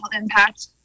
impact